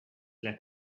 let